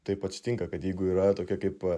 taip atsitinka kad jeigu yra tokia kaip